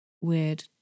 Weird